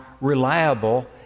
reliable